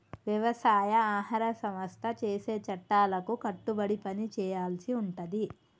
వ్యవసాయ ఆహార సంస్థ చేసే చట్టాలకు కట్టుబడి పని చేయాల్సి ఉంటది